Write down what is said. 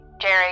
Jerry